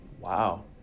Wow